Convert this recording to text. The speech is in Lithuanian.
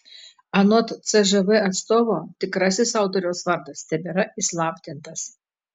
anot cžv atstovo tikrasis autoriaus vardas tebėra įslaptintas